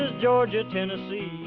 georgia, tennessee. and